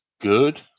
good